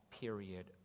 period